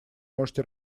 можете